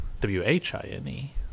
W-H-I-N-E